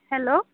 hello